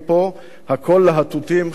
הכול להטוטים חשבונאיים,